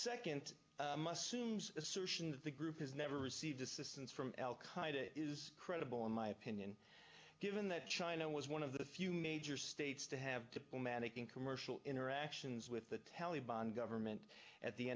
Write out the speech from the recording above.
assertions the group has never received assistance from al qaida is credible in my opinion given that china was one of the few major states to have diplomatic and commercial interactions with the taliban government at the